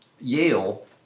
Yale